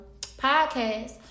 podcast